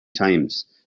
times